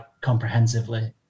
comprehensively